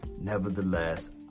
Nevertheless